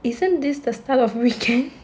isn't this the start of weekend